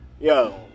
Yo